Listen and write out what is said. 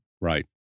Right